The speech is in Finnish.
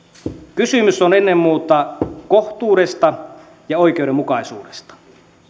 kysymys on ennen muuta kohtuudesta ja oikeudenmukaisuudesta